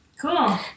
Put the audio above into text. Cool